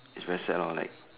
it's very sad lor like